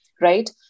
right